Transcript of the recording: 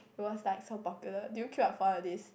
it was like so popular do you queue ah for all these